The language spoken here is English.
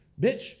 Bitch